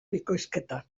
bikoizketa